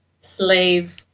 slave